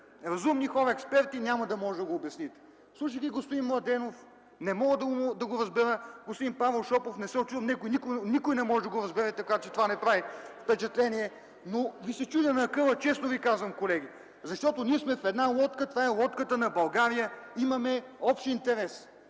разумни хора, експерти, няма да може да го обясните. Слушах и господин Младенов – не мога да го разбера. На господин Павел Шопов не се учудвам, него никой не може да го разбере, така че това не прави впечатление. (Оживление.) Но ви се чудя на акъла, честно ви казвам, колеги, защото ние сме в една лодка – това е лодката на България, имаме общ интерес.